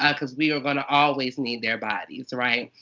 ah because we were gonna always need their bodies. right?